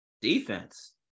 Defense